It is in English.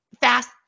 fast